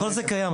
פה זה קיים.